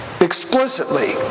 explicitly